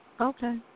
Okay